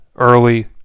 Early